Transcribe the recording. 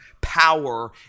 power